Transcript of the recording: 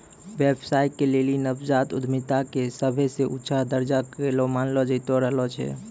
व्यवसाय के लेली नवजात उद्यमिता के सभे से ऊंचा दरजा करो मानलो जैतो रहलो छै